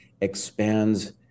expands